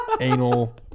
anal